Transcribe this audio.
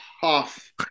tough